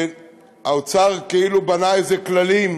שהאוצר כאילו בנה כללים,